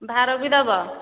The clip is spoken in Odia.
ଭାର ବି ଦେବ